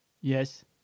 Yes